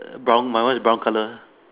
err brown my one is brown colour